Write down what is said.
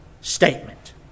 statement